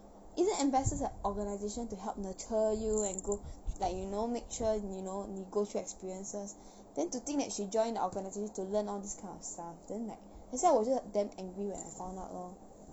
isn't ambass~ like organisation to help nurture you and go like you know make sure you know 你 go through experiences then to think that she joined the organisation to learn all this kind of stuff then like that's why 我觉得 damn angry when I found out lor